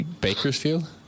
Bakersfield